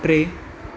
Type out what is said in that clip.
टे